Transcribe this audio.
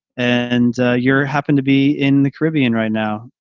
and you're happened to be in the caribbean right now.